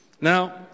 Now